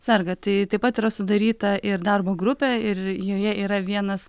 serga tai taip pat yra sudaryta ir darbo grupė ir joje yra vienas